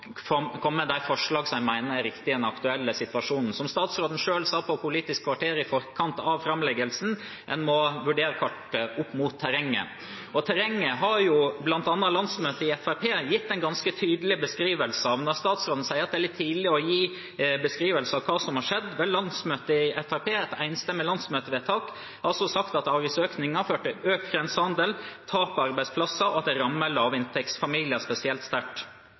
komme med de forslag en mener er riktige i den aktuelle situasjonen. Som statsråden selv sa i Politisk kvarter i forkant av framleggelsen: En må vurdere kart opp mot terreng. Og terrenget har bl.a. landsmøtet i Fremskrittspartiet gitt en ganske tydelig beskrivelse av. Når statsråden sier at det er litt tidlig å gi en beskrivelse av hva som har skjedd, har Fremskrittspartiets landsmøte i et enstemmig vedtak sagt at avgiftsøkningen har ført til økt grensehandel og tap av arbeidsplasser, og at det rammer lavinntektsfamilier spesielt sterkt.